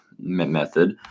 method